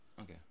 Okay